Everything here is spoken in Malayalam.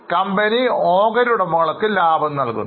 കമ്പനി ഓഹരി ഉടമകൾക്ക് ലാഭവിഹിതം നൽകുന്നു